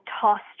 tossed